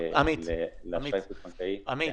עמית,